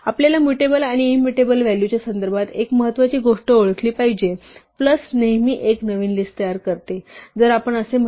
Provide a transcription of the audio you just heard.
आपल्या म्यूटेबल आणि इम्यूटेबल व्हॅलूच्या संदर्भात एक महत्त्वाची गोष्ट ओळखली पाहिजे की प्लस नेहमी एक नवीन लिस्ट तयार करते